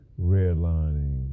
redlining